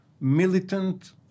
militant